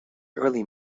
early